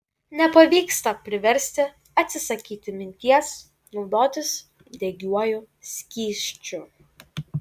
nepavyksta priversti atsisakyti minties naudotis degiuoju skysčiu